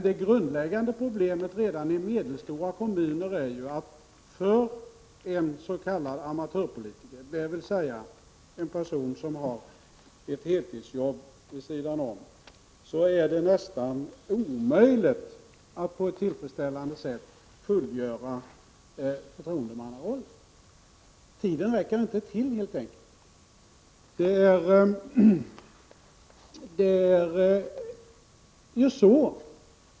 Det grundläggande problemet redan i medelstora kommuner är att det för en s.k. amatörpolitiker, dvs. en person som har ett heltidsjobb vid sidan om, är nästan omöjligt att på ett tillfredsställande sätt fullgöra förtroendemannarollen. Tiden räcker helt enkelt inte till.